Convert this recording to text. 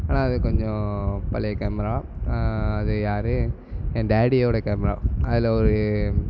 ஆனால் அது கொஞ்சம் பழைய கேமரா அது யார் என் டாடியோட கேமரா அதில் ஒரு